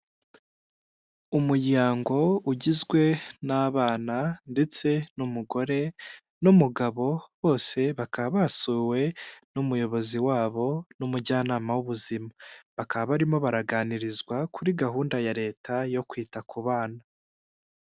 Umuryango ugizwe n'abana ndetse n'umugore n'umugabo, bose bakaba basuwe n'umuyobozi wabo n'umujyanama w'ubuzima, bakaba barimo baraganirizwa kuri gahunda ya leta yo kwita ku bana.